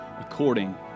according